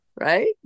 right